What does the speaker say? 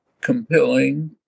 compelling